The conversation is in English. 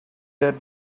that